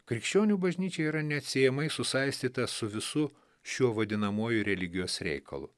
krikščionių bažnyčia yra neatsiejamai susaistytas su visu šiuo vadinamuoju religijos reikalu